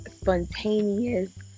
spontaneous